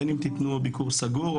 בין אם תתנו ביקור סגור,